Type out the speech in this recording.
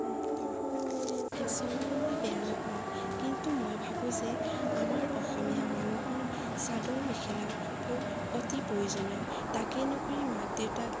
ফেশ্বনবোৰ মই বেয়া নাপাওঁ কিন্তু মই ভাবোঁ যে আমাৰ অসমীয়া মানুহৰ চাদৰ মেখেলাবোৰ অতি প্ৰয়োজনীয় তাকে নকৰি মাক দেউতাক